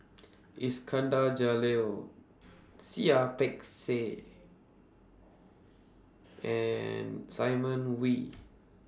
Iskandar Jalil Seah Ah Peck Seah and Simon Wee